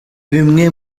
bimwe